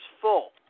full